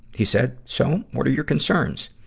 he said, so, what are your concerns?